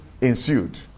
ensued